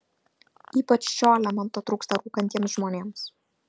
ypač šio elemento trūksta rūkantiems žmonėms